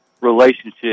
relationship